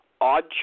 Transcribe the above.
Odd